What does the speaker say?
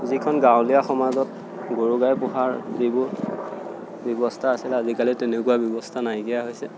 যিখন গাঁৱলীয়া সমাজত গৰু গাই পোহাৰ যিবোৰ ব্যৱস্থা আছিলে আজিকালি তেনেকুৱা ব্যৱস্থা নাইকিয়া হৈছে